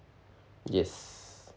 yes